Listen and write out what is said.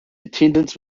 attendance